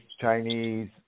Chinese